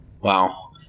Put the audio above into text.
Wow